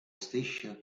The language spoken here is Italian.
striscia